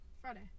Friday